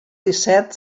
disset